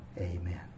Amen